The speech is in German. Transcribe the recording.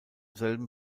selben